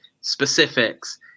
specifics